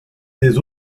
des